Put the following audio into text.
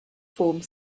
formed